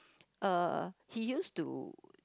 uh he used to